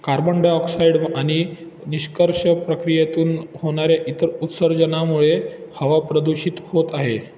carbon dioxide आणि निष्कर्ष प्रक्रियेतून होणाऱ्या इतर उत्सर्जनामुळे हवा प्रदूषित होत आहे